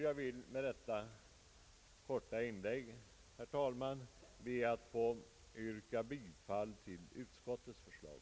Jag vill med detta korta inlägg, herr talman, yrka bifall till utskottets förslag.